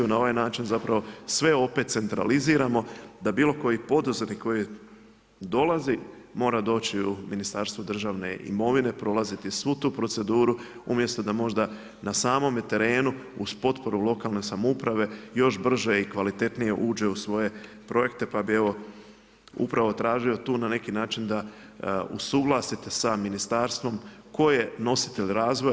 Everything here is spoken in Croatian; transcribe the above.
Na ovaj način zapravo sve opet centraliziramo da bilo koji poduzetnik koji dolazi mora doći u Ministarstvo državne imovine, prolaziti svu tu proceduru umjesto da možda na samome terenu uz potporu lokalne samouprave još brže i kvalitetnije uđe u svoje projekte pa bi evo upravo tražio tu na neki način da usuglasite sa ministarstvom tko je nositelj razvoja.